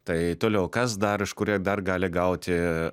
tai toliau kas dar iš kur jie dar gali gauti